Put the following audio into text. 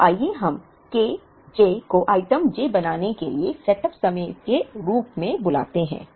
तो आइए हम Kj को आइटम j बनाने के लिए सेटअप समय के रूप में बुलाते हैं